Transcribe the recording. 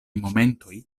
momentoj